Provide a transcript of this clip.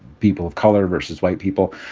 people of color versus white people.